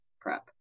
prep